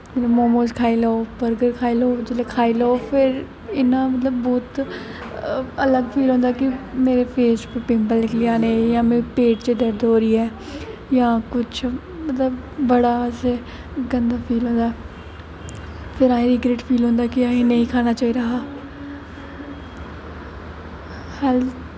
मोमोस खाई लैओ बर्गर खाई लैओ जिसलै खाई लैओ फिर इन्ना मतलब बौह्त अलग फील होंदा कि मेरे फेस पर पिंपल निकली जाने जां मेरे पेट च दर्द होआ दी ऐ जां किश मतलब बड़ा बैसे गंदा फील होंदा फ्ही रिगर्ट फील होंदा कि असें नेईं खाना चाहिदा हा हैल्थ